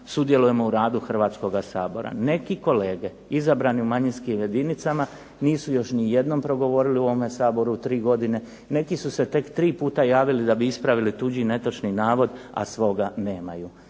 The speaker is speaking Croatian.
sudjelujemo u radu Hrvatskoga sabora. Neki kolege izabrani u manjinskim jedinicama nisu još nijednom progovorili u ovome Saboru u 3 godine, neki su se tek 3 puta javili da bi ispravili tuđi netočni navod, a svoga nemaju.